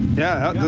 yeah,